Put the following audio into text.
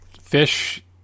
Fish